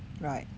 right